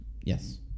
Yes